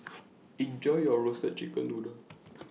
Enjoy your Roasted Chicken Noodle